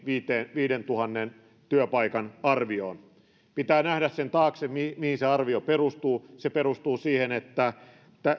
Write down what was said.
viidentuhannen työpaikan arvioon pitää nähdä sen taakse mihin se arvio perustuu se perustuu siihen että